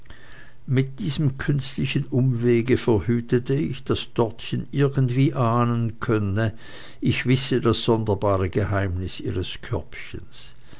mit diesem künstlichen umwege verhütete ich daß dortchen irgendwie ahnen könne ich wisse das sonderbare geheimnis ihres körbchens